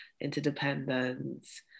interdependence